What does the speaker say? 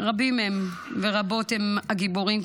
רבים הם ורבות הן הגיבורים,